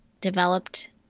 developed